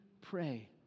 pray